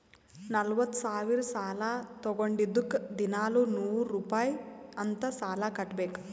ನಲ್ವತ ಸಾವಿರ್ ಸಾಲಾ ತೊಂಡಿದ್ದುಕ್ ದಿನಾಲೂ ನೂರ್ ರುಪಾಯಿ ಅಂತ್ ಸಾಲಾ ಕಟ್ಬೇಕ್